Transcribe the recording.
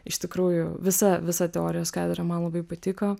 iš tikrųjų visa visa teorijos katedra man labai patiko